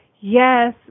yes